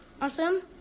Awesome